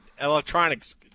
electronics